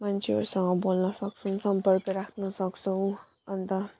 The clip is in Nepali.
मान्छेहरूसँग बोल्न सक्छौँ सम्पर्क राख्न सक्छौँ अनि त